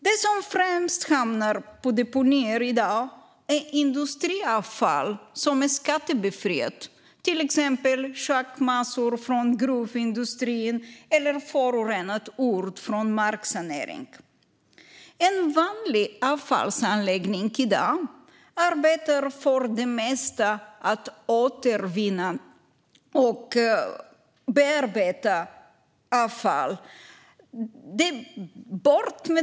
Det som främst hamnar på deponier i dag är industriavfall som är skattebefriat, till exempel schaktmassor från gruvindustrin eller förorenad jord från marksanering. En vanlig avfallsanläggning arbetar i dag för det mesta med att återvinna och bearbeta avfall.